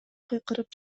кыйкырып